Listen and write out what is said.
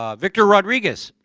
um victor rodriguez